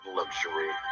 luxury